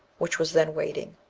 which was then waiting.